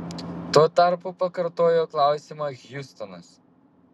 tuo tarpu pakartojo klausimą hjustonas